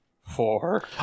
Four